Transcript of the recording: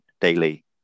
daily